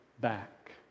back